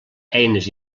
eines